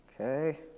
Okay